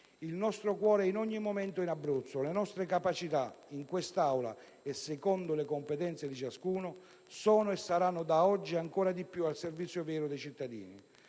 Il nostro cuore in ogni momento è in Abruzzo. Le nostre capacità, in quest'Aula, secondo le competenze di ciascuno, sono e saranno, da oggi ancora di più, al servizio vero dei cittadini: